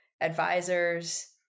advisors